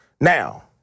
Now